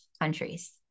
countries